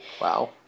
Wow